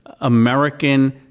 American